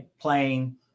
playing